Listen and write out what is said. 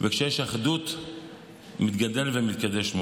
כשיש אחדות מתגדל ומתקדש שמו.